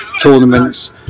tournaments